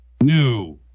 new